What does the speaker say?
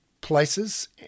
places